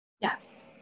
Yes